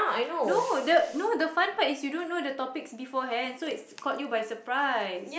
no the no the fun part is that you don't know the topics beforehand so it caught you by surprise